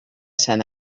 sant